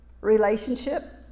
relationship